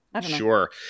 Sure